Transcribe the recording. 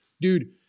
dude